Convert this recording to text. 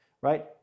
right